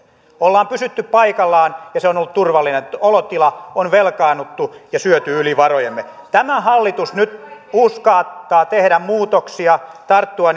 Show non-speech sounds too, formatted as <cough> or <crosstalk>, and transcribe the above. ollaan pysytty paikallaan ja se on ollut turvallinen olotila on velkaannuttu ja syöty yli varojemme tämä hallitus nyt uskaltaa tehdä muutoksia tarttua <unintelligible>